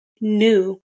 new